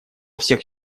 всех